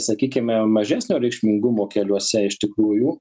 sakykime mažesnio reikšmingumo keliuose iš tikrųjų